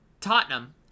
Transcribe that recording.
Tottenham